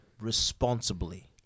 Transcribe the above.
responsibly